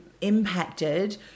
impacted